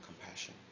compassion